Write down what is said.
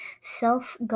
self